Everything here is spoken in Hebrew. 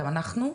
גם אנחנו,